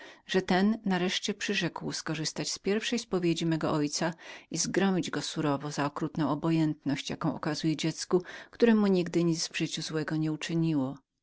że ten nareszcie przyrzekł korzystać z pierwszej spowiedzi mego ojca i zgromić go surowo za okrutną obojętność jaką okazywał dziecku które nic złego w życiu mu nie uczyniło